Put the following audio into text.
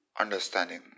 understanding